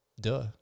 Duh